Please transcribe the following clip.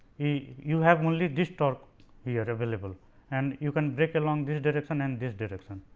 you have only this torque here available and you can break along this direction and this direction.